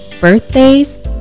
birthdays